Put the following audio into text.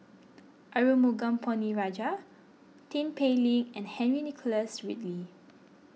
Arumugam Ponnu Rajah Tin Pei Ling and Henry Nicholas Ridley